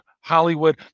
Hollywood